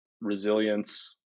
resilience